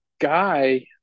guy